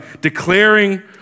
declaring